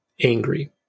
angry